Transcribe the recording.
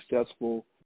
successful